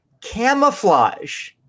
camouflage